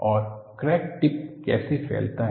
और crack tip कैसे फैलता है